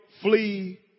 flee